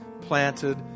planted